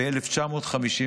ב-1955.